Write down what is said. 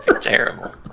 Terrible